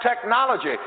technology